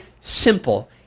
simple